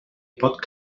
pot